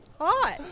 hot